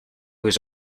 was